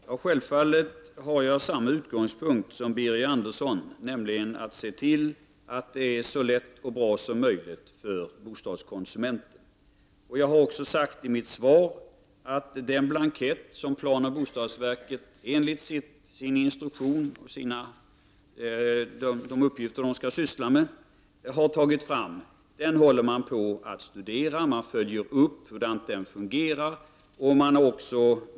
Herr talman! Självfallet har jag samma utgångspunkt som Birger Andersson, nämligen att se till att det är så lätt och bra som möjligt för bostadskonsumenten. Jag har också sagt i mitt svar att den blankett som planoch bo stadsverket har tagit fram enligt de instruktioner som finns håller på att studeras. Man följer upp hur det här fungerar.